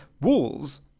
walls